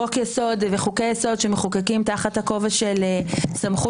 חוק יסוד וחוקי יסוד שמחוקקים תחת הכובע של סמכות